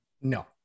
No